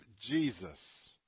Jesus